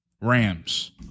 Rams